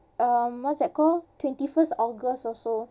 um what's that called twenty first august also